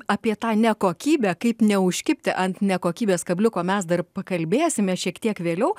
apie tą nekokybę kaip neužkibti ant nekokybės kabliuko mes dar pakalbėsime šiek tiek vėliau